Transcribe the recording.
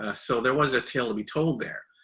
ah so, there was a tale to be told there.